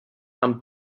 amb